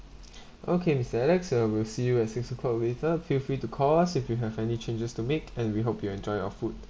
okay mister alex uh we'll see you at six o'clock later feel free to call us if you have any changes to make and we hope you enjoy our food